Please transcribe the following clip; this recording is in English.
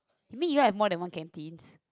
you mean you have more than one canteens